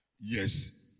Yes